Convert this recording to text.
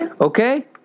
Okay